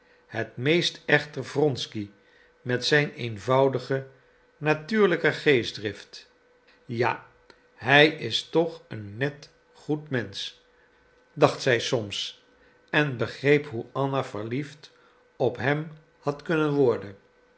het meest echter wronsky met zijn eenvoudige natuurlijke geestdrift ja hij is toch een net goed mensch dacht zij soms en begreep hoe anna verliefd op hem had kunnen worden